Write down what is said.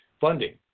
funding